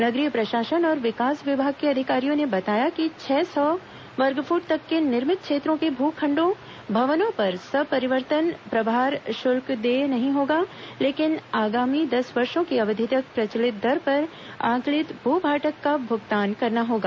नगरीय प्रशासन और विकास विभाग के अधिकारियों ने बताया कि छह सौ वर्गफुट तक के नि र्मित क्षेत्रों के भू खण्डों भवनों पर संपरिवर्तन प्रभार शुल्क देय नहीं होगा लेकिन आगामी दस वषो र् की अवधि तक प्र चलित दर पर आंकलित भूभाटक का भुगतान करना होगा